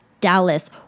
Dallas